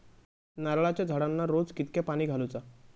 नारळाचा झाडांना रोज कितक्या पाणी घालुचा?